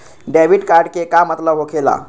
Debit card के का मतलब होकेला?